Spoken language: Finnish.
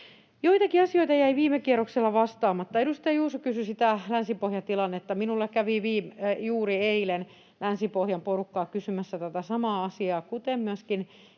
Joitakin asioita jäi viime kierroksella vastaamatta. Edustaja Juuso kysyi Länsi-Pohjan tilanteesta. Minulla kävi juuri eilen Länsi-Pohjan porukkaa kysymässä tätä samaa asiaa, kuten myöskin